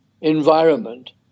environment